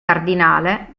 cardinale